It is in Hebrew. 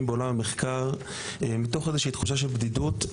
בעולם המחקר מתוך תחושה של בדידות,